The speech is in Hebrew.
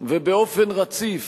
ובאופן רציף